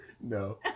No